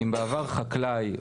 אם בעבר חקלאי,